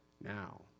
Now